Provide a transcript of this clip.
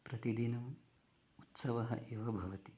प्रतिदिनम् उत्सवः एव भवति